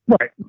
Right